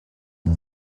mon